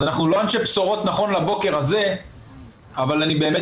אז אנחנו לא אנשי בשורות נכון לבוקר הזה אבל אני באמת